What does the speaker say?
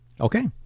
okay